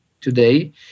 today